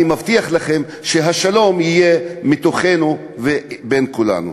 אני מבטיח לכם שהשלום יהיה מתוכנו ובין כולנו.